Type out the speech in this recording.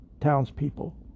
townspeople